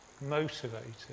motivated